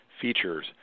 features